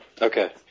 Okay